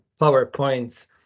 PowerPoints